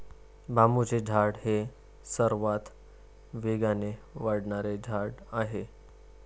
बांबूचे झाड हे सर्वात वेगाने वाढणारे झाड आहे